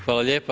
Hvala lijepa.